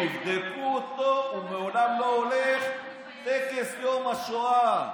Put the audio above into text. תבדקו אותו, הוא לעולם לא הולך לטקס יום השואה.